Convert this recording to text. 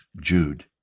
Jude